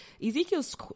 Ezekiel's